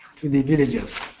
to the villages.